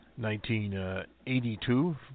1982